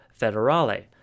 Federale